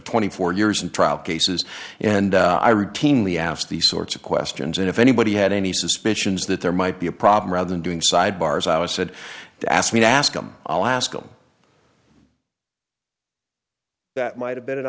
twenty four years and trial cases and i routinely asked these sorts of questions and if anybody had any suspicions that there might be a problem rather than doing sidebars i was said to ask me to ask them i'll ask them that might have been an